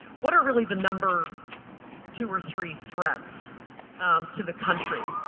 what are really the number two or three threats to the country,